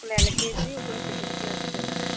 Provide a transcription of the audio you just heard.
ఒకళ్ళు ఎల్కేజి ఒకళ్ళు second class sir